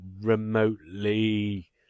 remotely